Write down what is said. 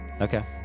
Okay